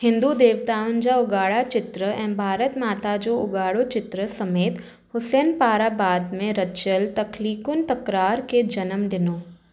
हिंदू देवताउनि जा उघाड़ा चित्र ऐं भारत माता जो उघाड़ो चित्र समेति हुसैन पारां बाद में रचियलु तख़्लीक़ुनि तक़रार खे जनम डि॒नो